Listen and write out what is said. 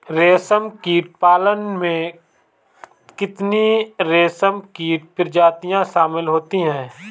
रेशमकीट पालन में कितनी रेशमकीट प्रजातियां शामिल होती हैं?